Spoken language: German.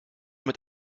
mit